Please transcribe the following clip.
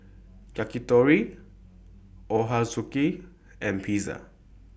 Yakitori Ochazuke and Pizza